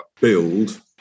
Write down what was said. build